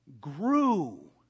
grew